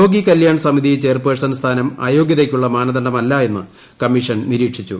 രോഗി കല്യാൺ സമിതി ചെയർപേഴ്സൺ സ്ഥാനം അയോഗ്യതയ്ക്കുള്ള മാനദണ്ഡമല്ല എന്ന് കമ്മീഷൻ നിരീക്ഷിച്ചു